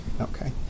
Okay